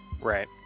Right